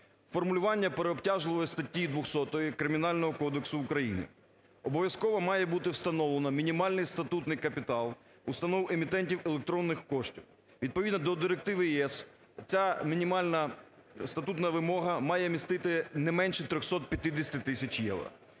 формулювання переобтяжливої статті 200 Кримінального кодексу України. Обов'язково має бути встановлена мінімальний статутний капітал установ емітентів електронних коштів. Відповідно до директиви ЄС ця мінімальна статутна вимога має містити не менше 350 тисяч євро.